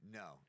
no